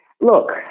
look